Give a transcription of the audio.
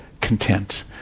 content